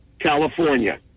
California